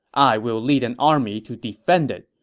i will lead an army to defend it.